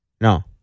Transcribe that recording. No